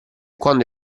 quando